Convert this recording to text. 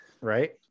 right